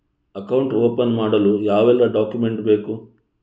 Account open ಮಾಡಲು ಯಾವೆಲ್ಲ document ಬೇಕು?